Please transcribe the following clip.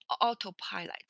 autopilot